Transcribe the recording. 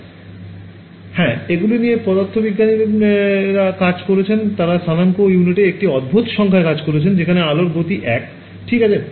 ছাত্র ছাত্রীঃ হ্যাঁ এগুলি নিয়ে পদার্থবিজ্ঞানীরা কাজ করেন তারা স্থানাংক ইউনিটের একটি অদ্ভুত সংখ্যায় কাজ করেন যেখানে আলোর গতি 1 ঠিক আছে